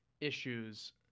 issues